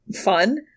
fun